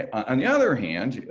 on the other hand, yeah